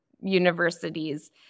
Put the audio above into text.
universities